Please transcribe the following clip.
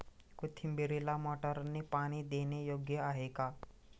कोथिंबीरीला मोटारने पाणी देणे योग्य आहे का?